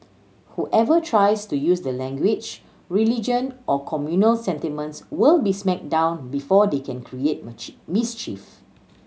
whoever tries to use the language religion or communal sentiments will be smacked down before they can create mischief